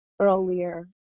earlier